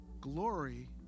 glory